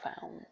found